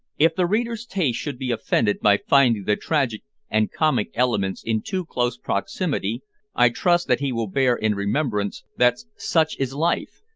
if the reader's taste should be offended by finding the tragic and comic elements in too close proximity i trust that he will bear in remembrance that such is life,